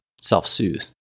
self-soothe